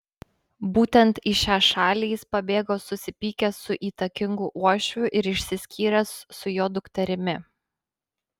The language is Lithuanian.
būtent į šią šalį jis pabėgo susipykęs su įtakingu uošviu ir išsiskyręs su jo dukterimi